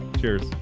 Cheers